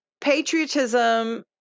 patriotism